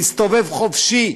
להסתובב חופשי.